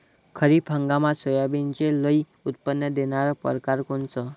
खरीप हंगामात सोयाबीनचे लई उत्पन्न देणारा परकार कोनचा?